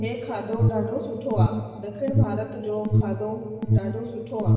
इहो खाधो ॾाढो सुठो आहे ॾखिण भारत जो खाधो ॾाढो सुठो आहे